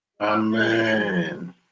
Amen